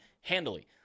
handily